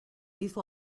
these